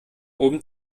oben